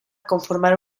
conformar